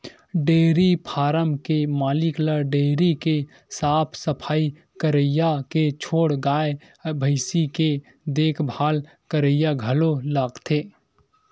dairy farm के मालिक ल डेयरी के साफ सफई करइया के छोड़ गाय भइसी के देखभाल करइया घलो लागथे